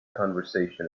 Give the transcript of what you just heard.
conversation